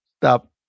stop